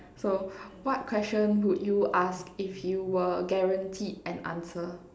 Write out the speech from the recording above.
so what question would you ask if you were guaranteed an answer